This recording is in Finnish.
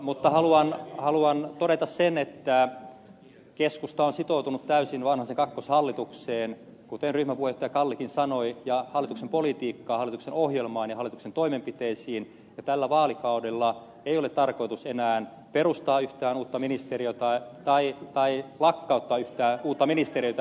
mutta haluan todeta sen että keskusta on sitoutunut täysin vanhasen kakkoshallitukseen kuten ryhmäpuheenjohtaja kallikin sanoi ja hallituksen politiikkaan hallituksen ohjelmaan ja hallituksen toimenpiteisiin ja tällä vaalikaudella ei ole tarkoitus enää perustaa yhtään uutta ministeriötä tai lakkauttaa yhtään ministeriötä